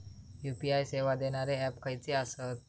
UPI सेवा देणारे app खयचे आसत?